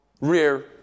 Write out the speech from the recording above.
Rear